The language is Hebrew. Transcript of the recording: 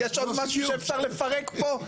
יש עוד משהו שאפשר לפרק פה?